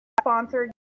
sponsored